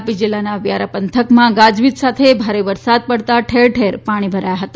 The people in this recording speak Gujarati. તાપી જિલ્લાના વ્યારા પંથકમાં ગાજવીજ સાથે ભારે વરસાદ પડતા ઠેરઠેર પાણી ભરાયા હતા